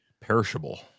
perishable